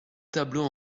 tableaux